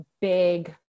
big